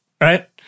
right